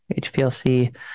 HPLC